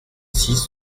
six